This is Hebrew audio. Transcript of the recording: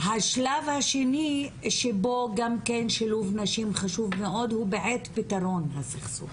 השלב השני שבו גם כן שילוב נשים חשוב מאוד הוא בעת פתרון הסכסוך.